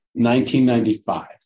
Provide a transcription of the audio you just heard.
1995